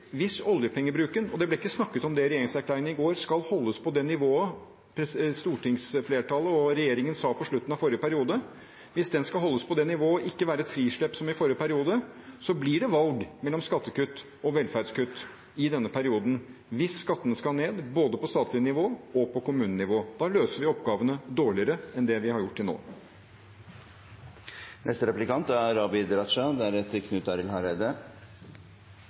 Hvis oljepengebruken – det ble det ikke snakket om i regjeringserklæringen i går – skal holdes på det nivået som stortingsflertallet og regjeringen sa på slutten av forrige periode, og ikke være et frislepp som i forrige periode, vil det bli et valg mellom skattekutt og velferdskutt i denne perioden. Hvis skattene skal ned, på både statlig og kommunalt nivå, løser vi oppgavene dårligere enn det vi har gjort til nå. Det sier ingenting når Gahr Støre sier at dette er